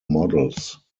models